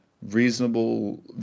reasonable